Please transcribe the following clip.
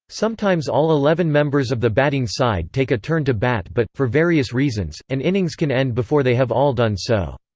sometimes all eleven members of the batting side take a turn to bat but, for various reasons, an innings can end before they have all done so.